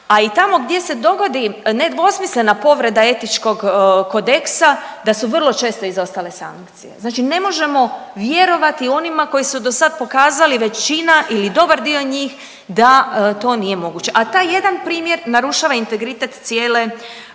a i tamo gdje se dogodi nedvosmislena povreda etičkog kodeksa da su vrlo često izostale sankcije. Znači ne možemo vjerovati onima koji su do sad pokazali većina ili dobar dio njih da to nije moguće. A taj jedan primjer narušava integritet cijele